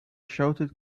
shouted